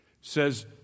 says